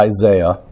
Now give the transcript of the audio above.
Isaiah